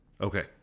Okay